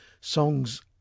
songs